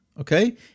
okay